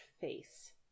face